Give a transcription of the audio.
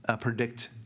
predict